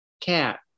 cat